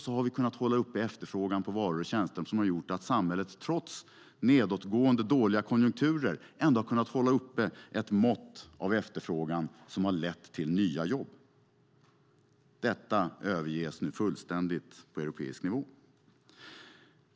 Så har vi kunnat hålla uppe efterfrågan på varor och tjänster, vilket har gjort att samhället trots nedåtgående, dåliga konjunkturer ändå har kunnat hålla uppe ett mått av efterfrågan som har lett till nya jobb. Detta överges nu fullständigt på europeisk nivå.